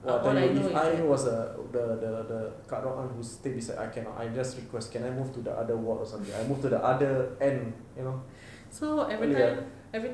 I tell you if I was the the the kak rod kan who stay beside I cannot I will just request can I move to the other ward or not I moved to the other end you know